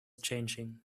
changing